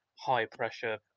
high-pressure